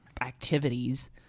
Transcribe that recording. activities